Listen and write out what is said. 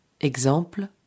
Exemple